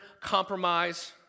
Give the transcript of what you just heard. compromise